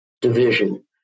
division